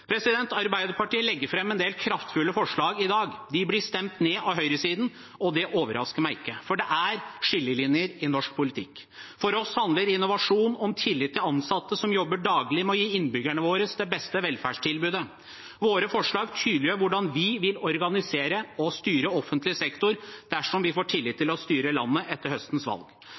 Arbeiderpartiet legger fram en del kraftfulle forslag i dag. De blir stemt ned av høyresiden, og det overrasker meg ikke, for det er skillelinjer i norsk politikk. For oss handler innovasjon om tillit til ansatte som jobber daglig med å gi innbyggerne våre det beste velferdstilbudet. Våre forslag tydeliggjør hvordan vi vil organisere og styre offentlig sektor dersom vi får tillit til å styre landet etter høstens valg.